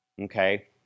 okay